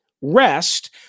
rest